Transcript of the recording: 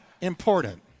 important